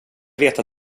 veta